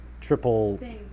triple